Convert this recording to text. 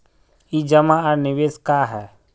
ई जमा आर निवेश का है?